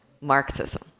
Marxism